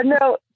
no